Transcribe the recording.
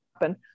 happen